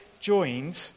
joined